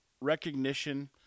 recognition